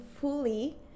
fully